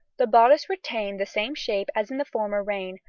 the bodice retained the same shape as in the former reign,